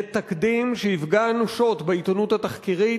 זה תקדים שיפגע אנושות בעיתונות החוקרת,